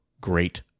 Great